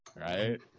right